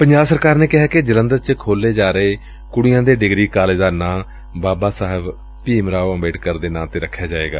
ਪੰਜਾਬ ਸਰਕਾਰ ਨੇ ਕਿਹੈ ਕਿ ਜਲੰਧਰ ਵਿਖੇ ਖੋਲੇੇ ਜਾ ਰਹੇ ਲੜਕੀਆਂ ਦੇ ਡਿਗਰੀ ਕਾਲਜ ਦਾ ਨਾਂ ਬਾਬਾ ਸਾਹਿਬ ਭੀਮ ਰਾਓ ਅੰਬਦੇਕਰ ਦੇ ਨਾਂ ਤੇ ਰੱਖਿਆ ਜਾਵੇਗਾ